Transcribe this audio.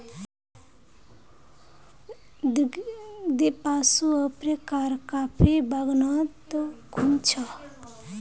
दीपांशु अफ्रीकार कॉफी बागानत घूम छ